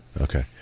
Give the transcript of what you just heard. Okay